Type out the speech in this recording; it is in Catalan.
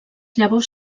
llavors